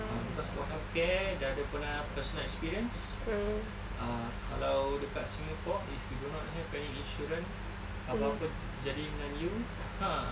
cause for healthcare dah ada pernah personal experience ah kalau dekat singapore you do not have any insurance apa-apa jadi dengan you ah